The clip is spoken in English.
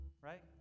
right